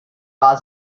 war